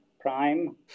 Prime